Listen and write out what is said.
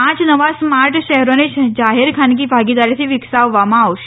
પાંચ નવા સ્માર્ટ શહેરોને જાહેર ખાનગી ભાગીદારીથી વિકસાવવામાં આવશે